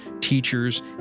teachers